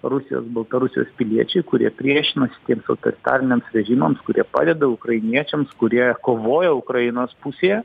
rusijos baltarusijos piliečiai kurie priešinasi tiems autoritariniams režimams kurie padeda ukrainiečiams kurie kovoja ukrainos pusėje